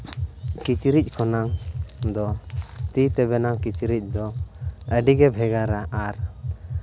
ᱠᱤᱪᱨᱤᱪ ᱠᱷᱚᱱᱟᱜ ᱫᱚ ᱛᱤᱛᱮ ᱵᱮᱱᱟᱣ ᱠᱤᱪᱨᱤᱡ ᱫᱚ ᱟᱹᱰᱤᱜᱮ ᱵᱷᱮᱜᱟᱨᱟ ᱟᱨ